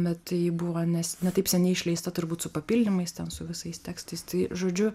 bet ji buvo nes ne taip seniai išleista turbūt su papildymais ten su visais tekstais tai žodžiu